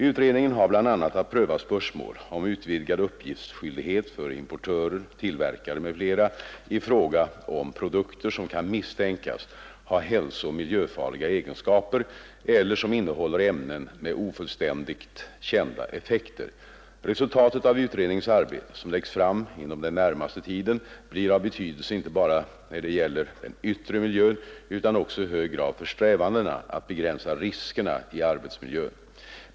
Utredningen har bl.a. att pröva spörsmål om utvidgad uppgiftsskyldighet för importörer, tillverkare m.fl. i fråga om produkter som kan misstänkas ha hälsooch miljöfarliga egenskaper eller som innehåller ämnen med ofullständigt kända effekter. Resultatet av utredningens arbete, som läggs fram inom den närmaste tiden, blir av betydelse inte bara när det gäller den yttre miljön utan också i hög grad för strävandena att begränsa riskerna i arbetsmiljön.